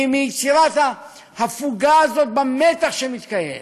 מיצירת ההפוגה הזאת במתח שמתקיים.